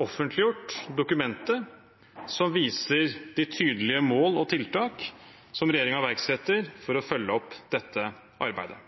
offentliggjort dokumentet som viser de tydelige mål og tiltak som regjeringen iverksetter for å følge opp dette arbeidet?